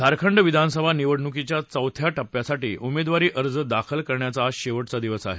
झारखंड विधानसभा निवडणूकीच्या चौथ्या टप्प्यासाठी उमेदवारी अर्ज दाखल करण्याचा आज शेवटचा दिवस आहे